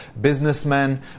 Businessmen